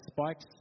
spikes